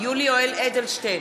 יולי יואל אדלשטיין,